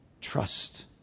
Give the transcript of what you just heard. Trust